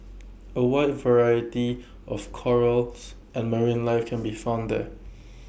A wide variety of corals and marine life can be found there